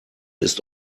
ist